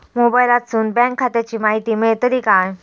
मोबाईलातसून बँक खात्याची माहिती मेळतली काय?